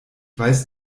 weiß